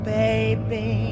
baby